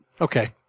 Okay